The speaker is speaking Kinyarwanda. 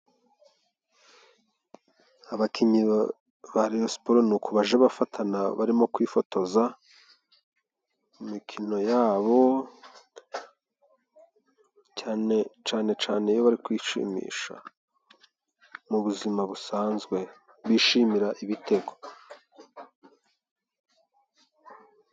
Abakinnyi ba rayo siporo ni uku baja bafatana barimo kwifotoza mu imikino yabo cane cane iyo bari kwishimisha mu buzima busanzwe bishimira ibitego.